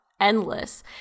endless